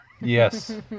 Yes